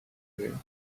here